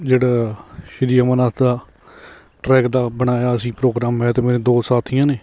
ਜਿਹੜਾ ਸ਼੍ਰੀ ਅਮਰਨਾਥ ਦਾ ਟਰੈਕ ਦਾ ਬਣਾਇਆ ਅਸੀਂ ਪ੍ਰੋਗਰਾਮ ਮੈਂ ਅਤੇ ਮੇਰੇ ਦੋ ਸਾਥੀਆਂ ਨੇ